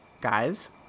Guys